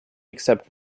accept